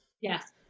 Yes